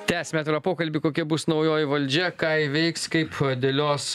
tęsiame atvirą pokalbį kokia bus naujoji valdžia ką ji veiks kaip dėlios